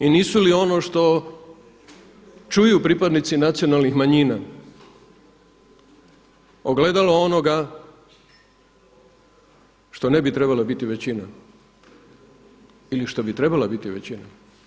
I nisu li ono što čuju pripadnici nacionalnih manjina ogledalo onoga što ne bi trebala biti većina ili što bi trebala biti većina.